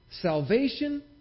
Salvation